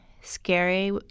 scary